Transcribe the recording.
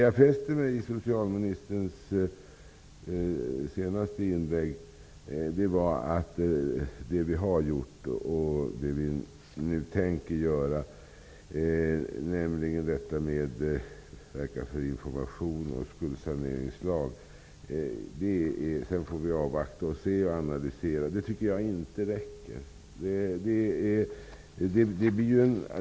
Fru talman! I socialministerns senaste inlägg fäster jag mig vid att han talar om vad som har gjorts och vad man nu tänker göra. Han säger att man skall verka för information och en skuldsaneringslag. Man skall avvakta och sedan analysera. Detta räcker inte!